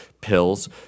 pills